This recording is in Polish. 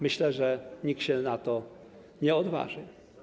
Myślę, że nikt się na to nie odważy.